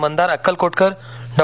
Mandar Akkalkotkar Dr